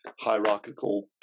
hierarchical